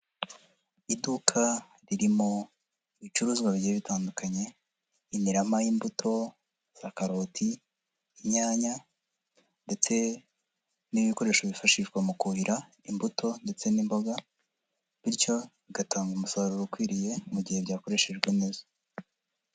Iduka ririmo ibicuruzwa bigiye bitandukanye, imirama y'imbuto za karoti, inyanya ndetse n'ibikoresho byifashishwa mu kuhira imbuto ndetse n'imboga bityo bigatanga umusaruro ukwiriye mu gihe byakoreshejwe neza.